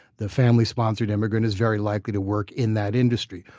the family-sponsored immigrant is very likely to work in that industry,